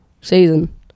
season